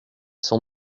sans